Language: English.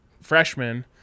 freshman